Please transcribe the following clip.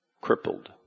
crippled